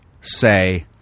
say